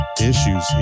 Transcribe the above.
issues